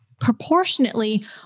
proportionately